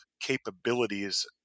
capabilities